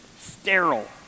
sterile